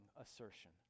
assertion